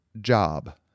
job